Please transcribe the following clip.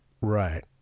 right